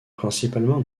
principalement